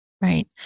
right